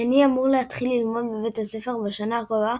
השני אמור להתחיל ללמוד בבית הספר בשנה הקרובה,